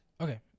Okay